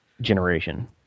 generation